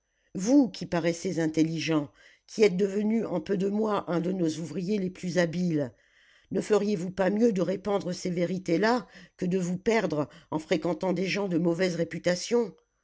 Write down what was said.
vous qui paraissez intelligent qui êtes devenu en peu de mois un de nos ouvriers les plus habiles ne feriez-vous pas mieux de répandre ces vérités là que de vous perdre en fréquentant des gens de mauvaise réputation